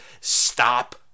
stop